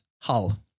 Hull